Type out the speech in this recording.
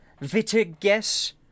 Vitiges